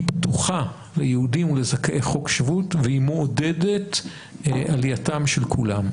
היא פתוחה ליהודים ולזכאי חוק שבות והיא מעודדת את עלייתם של כולם.